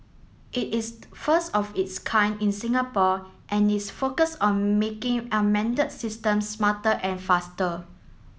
it is the first of its kind in Singapore and is focused on making systems smarter and faster